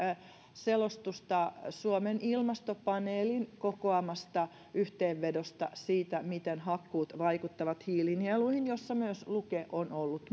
selostusta suomen ilmastopaneelin kokoamasta yhteenvedosta siitä miten hakkuut vaikuttavat hiilinieluihin jossa myös luke on ollut